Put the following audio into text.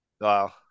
wow